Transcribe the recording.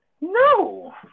No